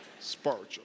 Spiritual